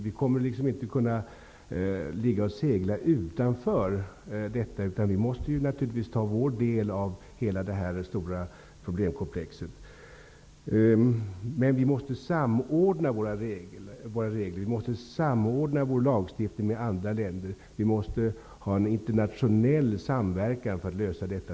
Vi kan inte segla utanför, utan vi måste naturligtvis ta vår del av bördan när det gäller detta stora problemkomplex. Vi måste samordna vår lagstiftning med andra länders. Det ges ingen annan metod än en internationell samverkan för att lösa detta.